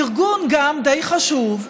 גם ארגון די חשוב,